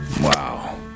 Wow